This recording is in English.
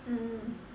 mm